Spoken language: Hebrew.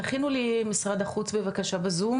תכינו לי את משרד החוץ בבקשה ב-zoom,